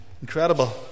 Incredible